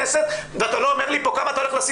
בכנסת ואתה לא עונה לי פה איזה סכום אתה הולך לשים?